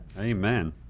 Amen